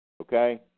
Okay